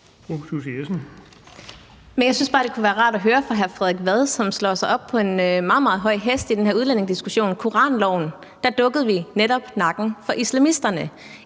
Jeg synes bare, det kunne være rart at høre det fra hr. Frederik Vad, som sætter sig op på en meget, meget høj hest i den her udlændingediskussion. Med koranloven dukkede vi jo netop nakken for islamisterne